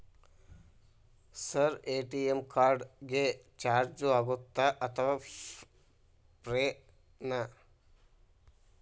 Sir ATM card ಗೆ charge ಆಗುತ್ತಾ ಅಥವಾ ಫ್ರೇ ನಾ?